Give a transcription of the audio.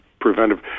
preventive